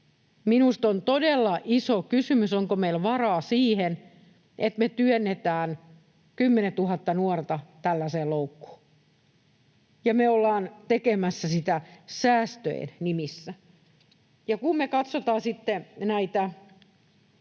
Minusta on todella iso kysymys, onko meillä varaa siihen, että me työnnetään 10 000 nuorta tällaiseen loukkuun, ja me ollaan tekemässä sitä säästöjen nimissä. Kun me katsotaan sitten